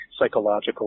psychological